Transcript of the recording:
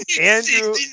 andrew